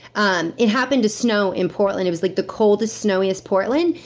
um it happened to snow in portland. it was like the coldest, snowiest portland.